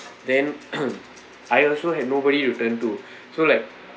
then I also have nobody to turn to so like